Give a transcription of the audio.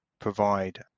provide